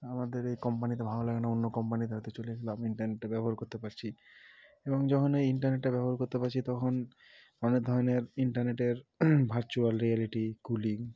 আমাদের এই কোম্পানিতে ভালো লাগে না অন্য কোম্পানিতে হয়তো চলে গেলাম ইন্টারনেটটা ব্যবহার করতে পারছি এবং যখন এই ইন্টারনেটটা ব্যবহার করতে পারছি তখন অনেক ধরনের ইন্টারনেটের ভার্চুয়াল রিয়ালিটি কুলিং